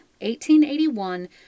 1881